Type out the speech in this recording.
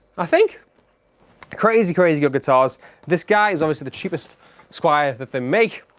i think crazy crazy good guitars this guy is obviously the cheapest squier that they make